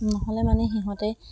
নহ'লে মানে সিহঁতে